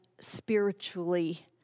spiritually